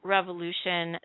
Revolution